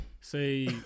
Say